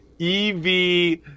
EV